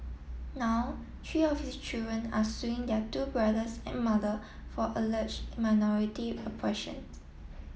now tree of his children are suing their two brothers and mother for alleged minority oppression